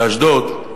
באשדוד,